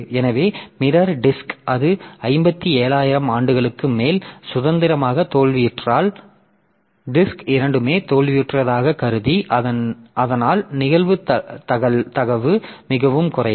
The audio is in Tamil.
எனவே மிரர் டிஸ்க் அது 57000 ஆண்டுகளுக்கு மேல் சுதந்திரமாக தோல்வியுற்றால்டிஸ்க் இரண்டுமே தோல்வியுற்றதாகக் கருதி அதனால் நிகழ்தகவு மிகவும் குறைவு